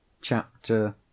Chapter